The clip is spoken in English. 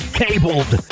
cabled